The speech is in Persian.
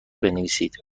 بنویسید